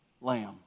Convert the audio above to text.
lamb